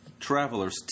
Travelers